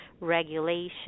regulation